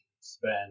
spend